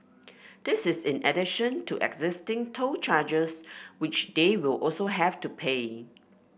this is in addition to existing toll charges which they will also have to pay